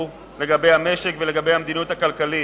לגבי המשק ולגבי המדיניות הכלכלית,